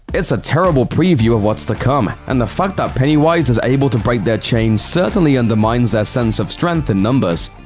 it's a terrible preview of what's to come, and the fact that pennywise is able to break their chain certainly undermines their sense of strength in numbers.